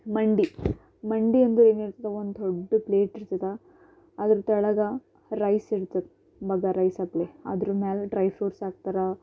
ಮಂಡಿ ಮಂಡಿ ಅಂದರೆ ಏನು ಹೇಳ್ತಾರೆ ಒಂದು ದೊಡ್ಡ ಪ್ಲೇಟಿರ್ತದ ಅದ್ರ ತಳಗ ರೈಸ್ ಇರ್ತದ ಮೊದ್ಲು ರೈಸ್ ಹಾಕಿ ಅದ್ರ ಮ್ಯಾಲ ಡ್ರೈ ಫ್ರೂಟ್ಸ್ ಹಾಕ್ತಾರ